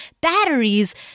batteries